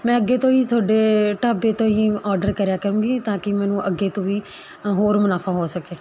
ਮੈਂ ਅੱਗੇ ਤੋਂ ਜੀ ਤੁਹਾਡੇ ਢਾਬੇ ਤੋਂ ਹੀ ਔਰਡਰ ਕਰਿਆ ਕਰਾਂਗੀ ਤਾਂ ਕਿ ਮੈਨੂੰ ਅੱਗੇ ਤੋਂ ਵੀ ਹੋਰ ਮੁਨਾਫ਼ਾ ਹੋ ਸਕੇ